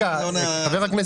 הגבר מרוויח